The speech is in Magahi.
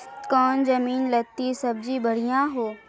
कौन जमीन लत्ती सब्जी बढ़िया हों?